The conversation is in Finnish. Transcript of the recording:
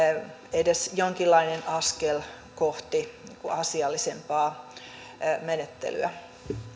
edes jonkinlainen askel kohti asiallisempaa menettelyä